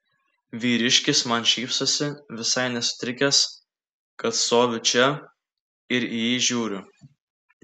vyriškis man šypsosi visai nesutrikęs kad stoviu čia ir į jį žiūriu